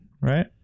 right